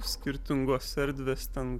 skirtingos erdvės ten